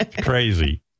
Crazy